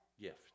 gift